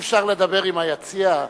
אי-אפשר לדבר עם היציע,